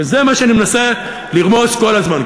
וזה מה שאני מנסה לרמוז כל הזמן.